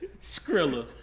Skrilla